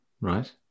right